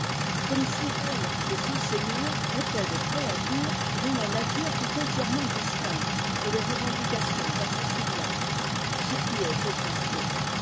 comme si elle et son seigneur étaient des créatures dont la nature fût entièrement distincte et les revendications inconciliables ce qui est au moins faux